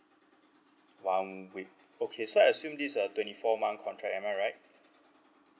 one week okay so I assume this a twenty four month contract am I right